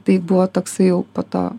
tai buvo toksai jau po to